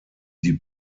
die